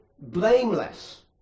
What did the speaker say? blameless